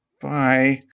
Bye